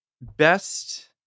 best